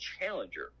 challenger